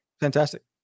fantastic